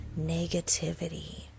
negativity